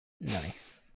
Nice